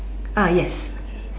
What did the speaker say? ah yes